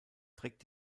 trägt